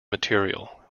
material